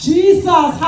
Jesus